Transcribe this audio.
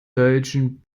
deutschen